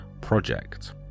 project